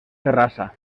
terrassa